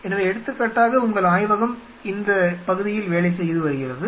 எனவே எடுத்துக்காட்டாக உங்கள் ஆய்வகம் இந்தப் பகுதியில் வேலை செய்து வருகிறது